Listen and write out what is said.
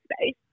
space